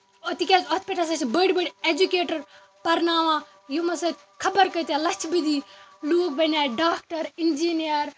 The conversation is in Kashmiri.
تہِ کیازِ اَتھ پٮ۪ٹھ ہَسا چھِ بٔڑۍ بٔڑۍ ایجوکیٹَر پَرناوان یِم ہَسا خبَر کۭتیاہ لَچھہِ بٔدی لُکھ بَنے ڈاکٹَر اِنجینِیَر